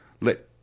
let